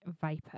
Viper